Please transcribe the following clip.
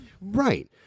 Right